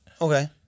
Okay